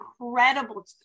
incredible